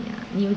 you